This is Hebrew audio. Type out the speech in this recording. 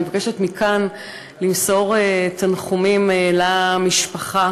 אני מבקשת מכאן למסור תנחומים למשפחה